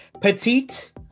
petite